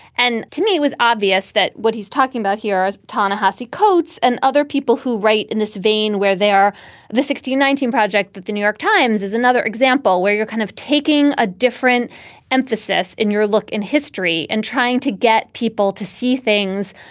and to me, it was obvious that what he's talking about here is taunacy coats and other people who write in this vein. where are the sixteen nineteen project that the new york times is another example where you're kind of taking a different emphasis in your look in history and trying to get people to see things,